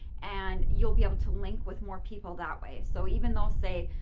and you'll be able to link with more people that way. so even though, say,